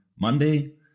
Monday